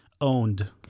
Owned